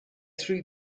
three